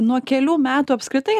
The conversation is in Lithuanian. nuo kelių metų apskritai